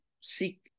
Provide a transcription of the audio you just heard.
seek